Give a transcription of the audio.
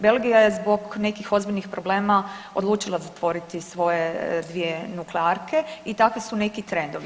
Belgija je zbog nekih ozbiljnih problema odlučila zatvoriti svoje dvije nuklearke i takvi su neki trendovi.